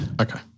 Okay